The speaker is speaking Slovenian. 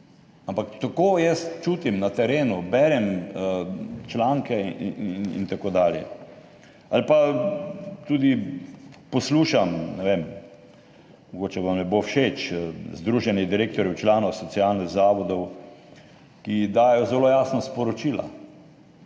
ampak tako jaz čutim na terenu, berem članke in tako dalje. Tudi poslušam, mogoče vam ne bo všeč, Združenje direktorjev članov socialnih zavodov, ki dajejo zelo jasna sporočila.